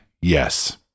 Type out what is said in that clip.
Yes